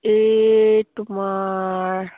এই তোমাৰ